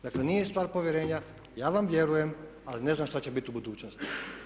Dakle, nije stvar povjerenja, ja vam vjerujem, ali ne znam šta će biti u budućnosti.